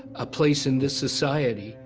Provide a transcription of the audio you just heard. a place in this society.